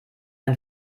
ein